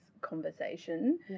conversation